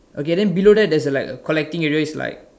okay the below there there's like a collecting area is like